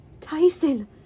tyson